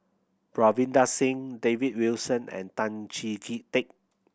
Ravinder Singh David Wilson and Tan Chee Teck